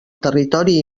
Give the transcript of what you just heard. territori